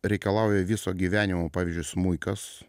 reikalauja viso gyvenimo pavyzdžiui smuikas